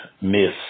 miss